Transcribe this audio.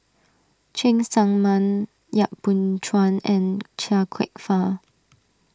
Cheng Tsang Man Yap Boon Chuan and Chia Kwek Fah